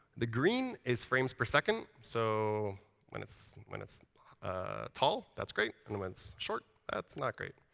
the green is frames per second. so when it's when it's tall, that's great. and when it's short, that's not great.